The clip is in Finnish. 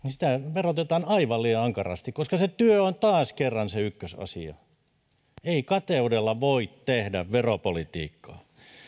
verotetaan aivan liian ankarasti koska se työ on taas kerran se ykkösasia ei kateudella voi tehdä veropolitiikkaa